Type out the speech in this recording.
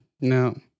No